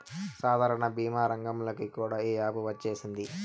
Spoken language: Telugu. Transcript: సాధారణ భీమా రంగంలోకి కూడా ఈ యాపు వచ్చేసింది